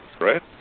right